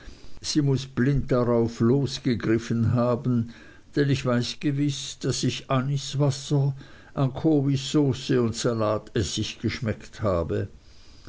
sie muß blind drauflos gegriffen haben denn ich weiß gewiß daß ich aniswasser anchovissauce und salatessig geschmeckt habe